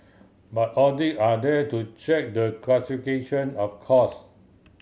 but audit are there to check the classification of cost